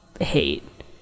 hate